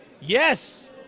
Yes